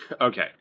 Okay